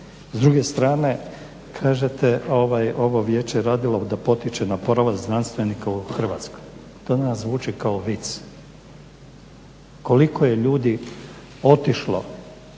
S druge strane kažete ovo vijeće je radilo da potiče na porast znanstvenika u Hrvatskoj, to nam zvuči kao vic. Koliko je ljudi otišlo